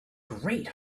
great